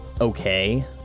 okay